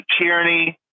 tyranny